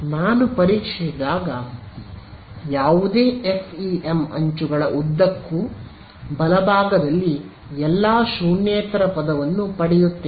ನಾನು ಪರೀಕ್ಷಿಸಿದಾಗ ಯಾವುದೇ ಎಫ್ಇಎಂ ಅಂಚುಗಳ ಉದ್ದಕ್ಕೂ ಬಲಭಾಗದಲ್ಲಿ ಎಲ್ಲ ಶೂನ್ಯೇತರ ಪದವನ್ನು ಪಡೆಯುತ್ತೇನೆ